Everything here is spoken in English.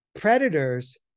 predators